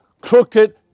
crooked